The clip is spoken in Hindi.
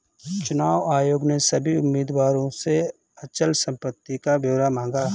चुनाव आयोग ने सभी उम्मीदवारों से अचल संपत्ति का ब्यौरा मांगा